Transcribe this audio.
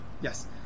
Yes